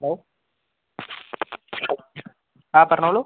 hello ആ പറഞ്ഞോളൂ